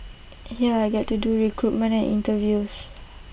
here I get to do recruitment and interviews